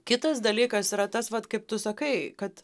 kitas dalykas yra tas vat kaip tu sakai kad